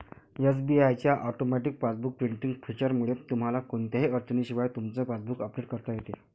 SBI च्या automatic passbook printing फीचरमुळे तुम्हाला कोणत्याही अडचणीशिवाय तुमचं पासबुक अपडेट करता येतं